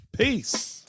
Peace